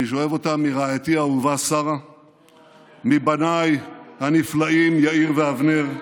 אני שואב אותם מרעייתי האהובה שרה ומבניי הנפלאים יאיר ואבנר,